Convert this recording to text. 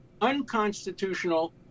unconstitutional